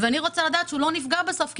ואני רוצה לדעת שהוא לא נפגע בסוף כי